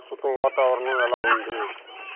ప్రస్తుతం వాతావరణం ఎలా ఉంది